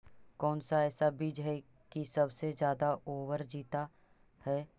कौन सा ऐसा बीज है की सबसे ज्यादा ओवर जीता है?